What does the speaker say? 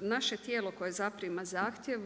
Naše tijelo koje zaprima zahtjev,